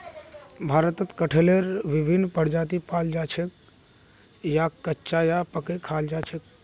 भारतत कटहलेर विभिन्न प्रजाति पाल जा छेक याक कच्चा या पकइ खा छेक